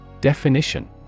Definition